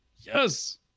Yes